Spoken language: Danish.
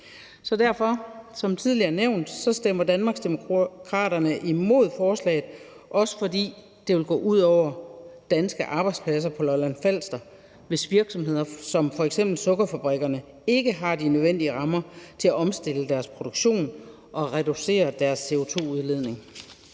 Så som tidligere nævnt stemmer Danmarksdemokraterne imod forslaget, og altså også fordi det vil gå ud over danske arbejdspladser på Lolland-Falster, hvis virksomheder som f.eks. sukkerfabrikkerne ikke har de nødvendige rammer til at omstille deres produktion og reducere deres CO2-udledning.